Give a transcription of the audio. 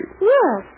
Yes